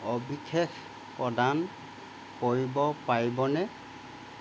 সবিশেষ প্ৰদান কৰিব পাৰিবনে